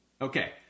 Okay